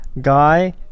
guy